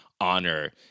honor